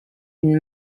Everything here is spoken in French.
une